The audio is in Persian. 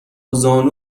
زانو